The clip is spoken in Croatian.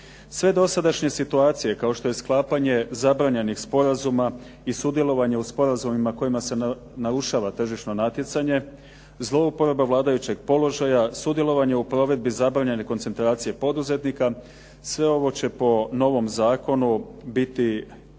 Sve dosadašnje situacije kao što je sklapanje zabranjenih sporazuma i sudjelovanje u sporazumima kojima se narušava tržišno natjecanje, zlouporaba vladajućeg položaja, sudjelovanje u provedbi zabranjene koncentracije poduzetnika, sve ovo će po novom zakonu biti u